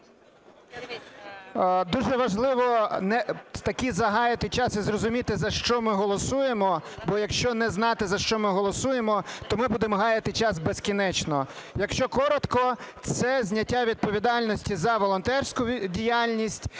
Дуже важливо таки згаяти час і зрозуміти, за що ми голосуємо, бо якщо не знати, за що ми голосуємо, то ми будемо гаяти час безкінечно. Якщо коротко, це зняття відповідальності за волонтерську діяльність